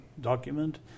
document